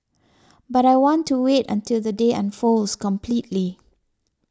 but I want to wait until the day unfolds completely